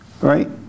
right